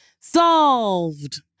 Solved